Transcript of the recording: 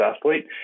athlete